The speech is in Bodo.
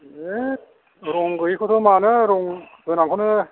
ऐद रं गैयिखौथ' मानो रं गोनांखौनो